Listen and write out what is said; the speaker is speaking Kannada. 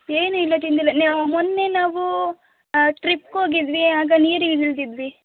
ಏನು ಇಲ್ಲ ತಿಂದಿಲ್ಲ ನೇ ಮೊನ್ನೆ ನಾವು ಟ್ರಿಪ್ಗೋಗಿದ್ವಿ ಆಗ ನೀರಿಗೆ ಇಳಿದಿದ್ವಿ